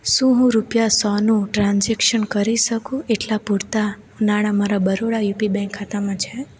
શું હું રૂપિયા સોનું ટ્રાન્ઝેક્શન કરી શકું એટલા પૂરતા નાણા મારા બરોડા યુપી બેંક ખાતામાં છે